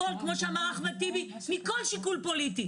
כמו שאמר אחמד טיבי, מכל שיקול פוליטי.